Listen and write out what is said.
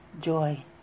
joy